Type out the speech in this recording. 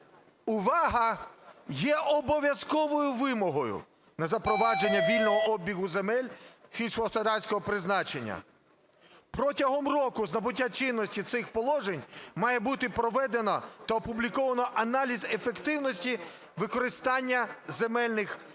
увага – є обов'язковою вимогою на запровадження вільного обігу земель сільськогосподарського призначення. Протягом року з набуття чинності цих положень має бути проведено та опубліковано аналіз ефективності використання земельних ділянок